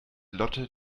lotte